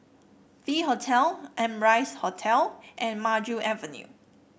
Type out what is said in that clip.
V Hotel Amrise Hotel and Maju Avenue